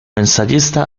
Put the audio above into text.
ensayista